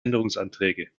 änderungsanträge